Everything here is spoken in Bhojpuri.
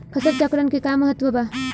फसल चक्रण क का महत्त्व बा?